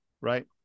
right